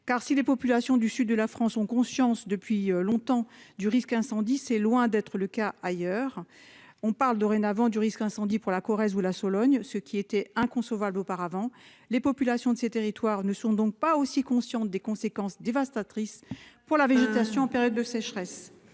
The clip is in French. Car si les populations du sud de la France ont conscience depuis longtemps du risque incendie. C'est loin d'être le cas ailleurs on parle dorénavant du risque incendie pour la Corrèze où la Sologne, ce qui était inconcevable. Auparavant, les populations de ces territoires ne sont donc pas aussi conscient des conséquences dévastatrices pour la végétation période de sécheresse.